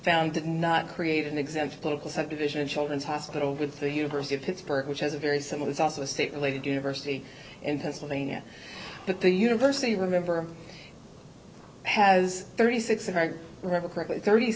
found did not create an exemption political subdivision children's hospital with the university of pittsburgh which has a very similar it's also a state related university in pennsylvania that the university remember has thirty six and i remember correctly thirty